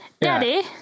Daddy